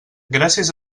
gràcies